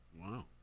Wow